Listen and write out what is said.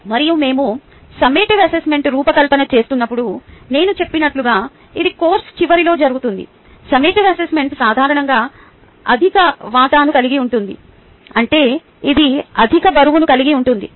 మరియు మేము summative assessment రూపకల్పన చేస్తున్నప్పుడు నేను చెప్పినట్లుగా ఇది కోర్సు చివరిలో జరుగుతుంది సమ్మేటివ్ అసెస్మెంట్ సాధారణంగా అధిక వాటాను కలిగి ఉంటాయి అంటే ఇది అధిక బరువును కలిగి ఉంటుంది